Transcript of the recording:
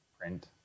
print